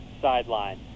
sideline